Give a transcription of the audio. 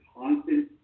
constant